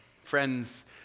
Friends